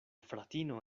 fratino